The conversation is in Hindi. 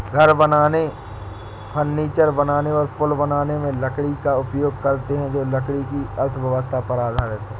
घर बनाने, फर्नीचर बनाने और पुल बनाने में लकड़ी का उपयोग करते हैं जो लकड़ी की अर्थव्यवस्था पर आधारित है